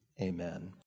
amen